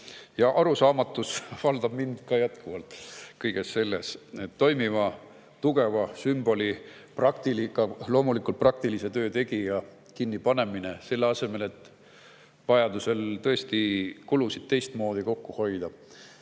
on. Arusaamatus valdab ka mind jätkuvalt kõige selle pärast: toimiva, tugeva sümboli, loomulikult praktilise töö tegija kinnipanemine, selle asemel et vajaduse korral kulusid teistmoodi kokku hoida.